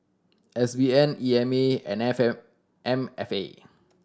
S B N E M A and F M M F A